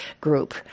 group